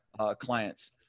clients